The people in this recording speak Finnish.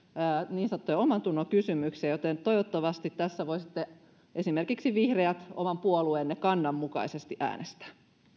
niin sanottuja omantunnonkysymyksiä joten toivottavasti tässä voisitte esimerkiksi vihreät oman puolueenne kannan mukaisesti äänestää